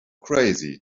crazy